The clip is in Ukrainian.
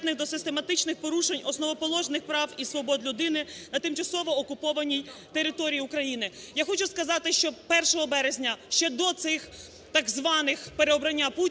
Я хочу сказати, що 1 березня, ще до цих, так званих, переобрання Путіна,